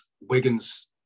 wiggins